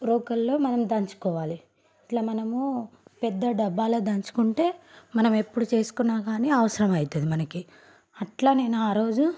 రోకలిలో మనం దంచుకోవాలి ఇట్లా మనము పెద్ద డబ్బాలో దంచుకుంటే మనం ఎప్పుడు చేసుకున్నా కానీ అవసరం అవుతుంది మనకి అట్లా నేను ఆ రోజు